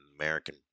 American